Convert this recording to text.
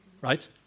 Right